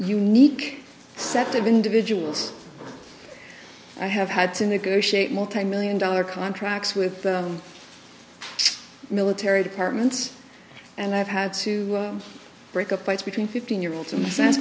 unique set of individuals i have had to negotiate multimillion dollar contracts with military departments and i've had to break up fights between fifteen year olds in the sa